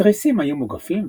התריסים היו מוגפים,